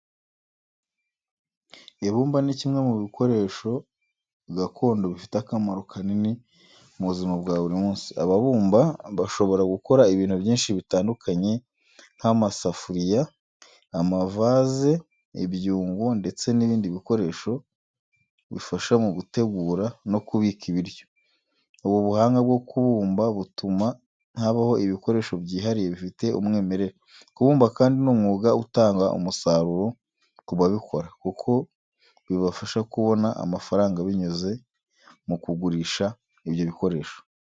Ibumba ni kimwe mu bikoresho gakondo bifite akamaro kanini mu buzima bwa buri munsi. Ababumba bashobora gukora ibintu byinshi bitandukanye nk’amasafuriya, amavaze, ibyungo, ndetse n’ibindi bikoresho bifasha mu gutegura no kubika ibiryo. Ubu buhanga bwo kubumba butuma habaho ibikoresho byihariye bifite umwimerere. Kubumba kandi ni umwuga utanga umusaruro ku babikora, kuko bibafasha kubona amafaranga binyuze mu kugurisha ibyo bikoresho.